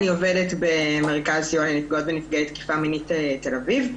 אני עובדת במרכז סיוע לנפגעות ונפגעי תקיפה מינית תל-אביב.